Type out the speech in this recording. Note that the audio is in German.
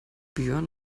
björn